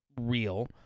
real